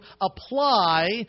apply